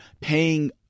paying